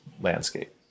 landscape